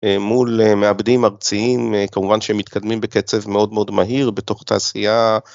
מול מעבדים ארציים, כמובן שהם מתקדמים בקצב מאוד מאוד מהיר בתוך התעשייה.